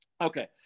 Okay